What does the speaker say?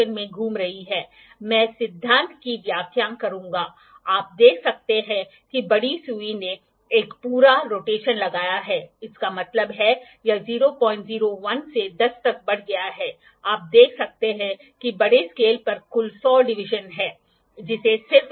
जिस क्षण मैं एंगल जानता हूं आप डिग्री में परिवर्तित कर सकते हैं और दूरी में भी परिवर्तित हो सकते हैं आप माइक्रोन में परिवर्तित कर सकते हैं और आप परिणामों की रिपोर्ट कर सकते हैं